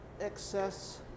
excess